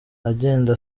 agenda